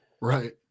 Right